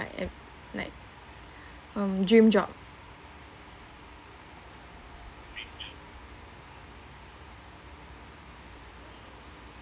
like like um dream job